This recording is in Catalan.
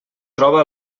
troba